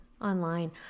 Online